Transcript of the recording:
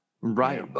Right